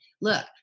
look